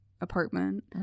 apartment